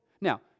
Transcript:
Now